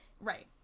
Right